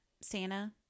santa